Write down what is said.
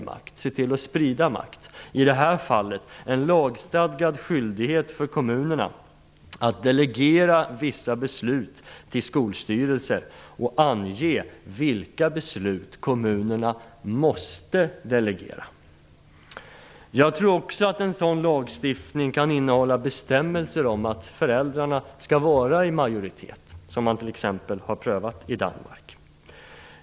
I det här fallet handlar det om att kommunerna skall ha en lagstadgad skyldighet att delegera vissa beslut till skolstyrelser. Man skall ange vilka beslut kommunerna måste delegera. Jag tror också att en sådan lagstiftning kan innehålla bestämmelser om att föräldrarna skall vara i majoritet. Det har man t.ex. prövat i Danmark.